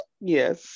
Yes